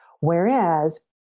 Whereas